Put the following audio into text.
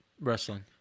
Wrestling